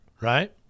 right